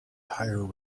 tyre